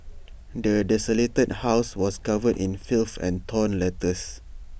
the desolated house was covered in filth and torn letters